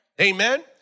Amen